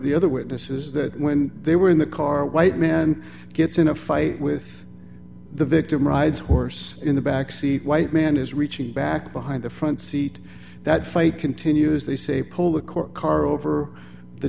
the other witnesses that when they were in the car white men gets in a fight with the victim rides horse in the backseat white man is reaching back behind the front seat that fight continues they say pull the cork car over the